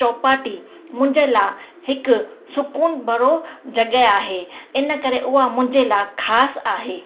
चौपाटी मुंहिंजे लाइ हिकु सुक़ून भरो जॻह आहे इन करे उहा मुंहिंजे लाइ ख़ासि आहे